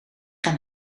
gaan